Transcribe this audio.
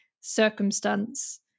circumstance